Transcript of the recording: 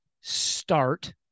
start